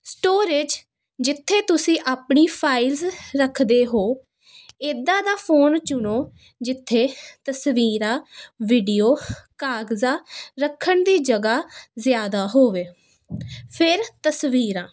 storage ਜਿੱਥੇ ਤੁਸੀਂ ਆਪਣੀ ਫਾਈਲਜ਼ ਰੱਖਦੇ ਹੋ ਇੱਦਾਂ ਦਾ ਫੋਨ ਚੁਣੋ ਜਿੱਥੇ ਤਸਵੀਰਾਂ ਵੀਡੀਓ ਕਾਗਜ਼ਾ ਰੱਖਣ ਦੀ ਜਗ੍ਹਾ ਜ਼ਿਆਦਾ ਹੋਵੇ ਫਿਰ ਤਸਵੀਰਾਂ